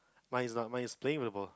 mine is not mine is playing with the ball